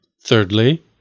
Thirdly